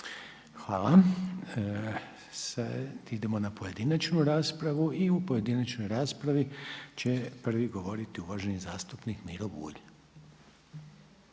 Hvala. Sada idemo na pojedinačnu raspravu i u pojedinačnoj raspravi će prvi govoriti uvaženi zastupnik Miro Bulj.